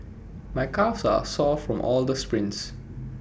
my calves are sore from all the sprints